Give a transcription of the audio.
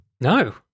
No